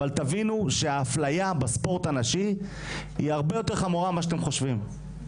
אבל תבינו שההפליה בספורט הנשי היא הרבה יותר חמורה ממה שאתם חושבים.